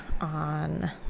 on